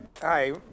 Hi